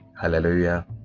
Hallelujah